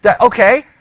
okay